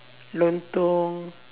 lontong